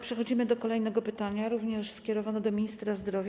Przechodzimy do kolejnego pytania, również skierowanego do ministra zdrowia.